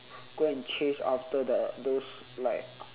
go and chase after the those like